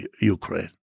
Ukraine